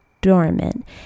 dormant